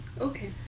Okay